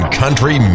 country